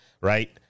right